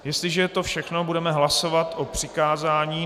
Jestliže je to všechno, budeme hlasovat o přikázání.